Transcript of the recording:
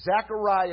Zechariah